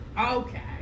Okay